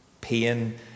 Pain